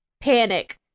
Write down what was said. panic